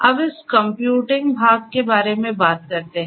अब इस कंप्यूटिंग भाग के बारे में बात करते हैं